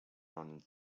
running